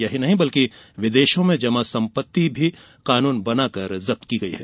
यहीं नहीं बल्कि विदेशों में जमा संपत्ति भी कानून बनाकर जब्त की गई है